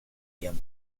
guerre